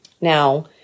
Now